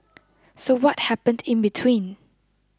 so what happened in between